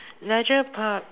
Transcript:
leisure park